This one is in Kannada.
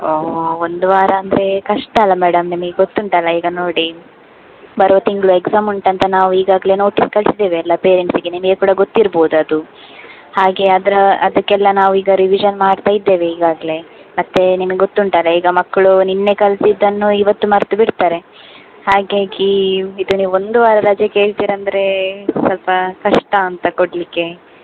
ಓಹ್ ಒಂದು ವಾರ ಅಂದ್ರೆ ಕಷ್ಟ ಅಲ್ಲ ಮೇಡಮ್ ನಿಮಗೆ ಗೊತ್ತುಂಟಲ್ಲ ಈಗ ನೋಡಿ ಬರುವ ತಿಂಗಳು ಎಕ್ಸಾಮ್ ಉಂಟಂತ ನಾವು ಈಗಾಗಲೆ ನೋಟೀಸ್ ಕಳ್ಸಿದೇವೆ ಎಲ್ಲ ಪೇರೆಂಟ್ಸಿಗೆ ನಿಮಗೆ ಕೂಡ ಗೊತ್ತಿರ್ಬೋದು ಅದು ಹಾಗೆ ಅದ್ರ ಅದಕ್ಕೆಲ್ಲ ನಾವು ಈಗ ರಿವಿಝನ್ ಮಾಡ್ತಾ ಇದ್ದೇವೆ ಈಗಾಗಲೆ ಮತ್ತು ನಿಮಗೆ ಗೊತ್ತುಂಟಲ್ವ ಈಗ ಮಕ್ಳು ನಿನ್ನೆ ಕಲ್ತಿದ್ದನ್ನು ಇವತ್ತು ಮರೆತು ಬಿಡ್ತಾರೆ ಹಾಗಾಗಿ ಇದು ನೀವು ಒಂದು ವಾರ ರಜೆ ಕೇಳ್ತಿರಂದ್ರೆ ಸ್ವಲ್ಪ ಕಷ್ಟ ಅಂತ ಕೊಡ್ಲಿಕ್ಕೆ